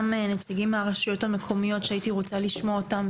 נציגים מהרשויות המקומיות שהייתי רוצה לשמוע אותם,